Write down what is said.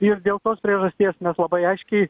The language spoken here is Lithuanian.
ir dėl tos priežasties mes labai aiškiai